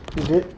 you did